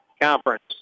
Conference